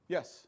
Yes